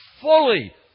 fully